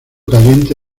caliente